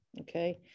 okay